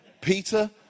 Peter